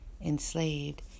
enslaved